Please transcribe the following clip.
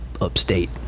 upstate